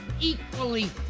equally